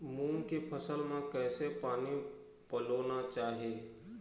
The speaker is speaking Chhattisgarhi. मूंग के फसल म किसे पानी पलोना चाही?